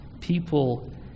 People